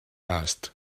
asked